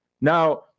Now